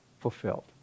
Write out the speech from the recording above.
fulfilled